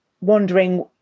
wondering